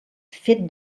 fet